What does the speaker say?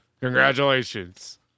Congratulations